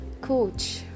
coach